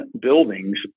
buildings